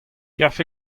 garfe